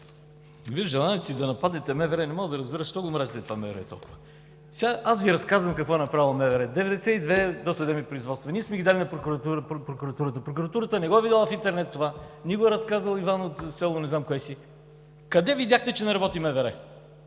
Вие желаете да нападнете МВР и не мога да разбера защо толкова го мразите това МВР? Сега аз Ви разказвам какво е направило МВР: 92 досъдебни производства и ние сме ги дали на прокуратурата. Прокуратурата не го е видяла в интернет това, не го е разказал Иван от село не знам кое си. Къде видяхте, че не работи МВР?